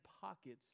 pockets